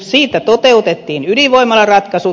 siitä toteutettiin ydinvoimalaratkaisut